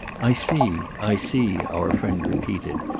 i see, i see, our friend repeated,